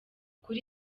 kuri